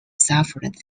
suffered